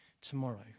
tomorrow